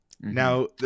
Now